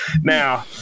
Now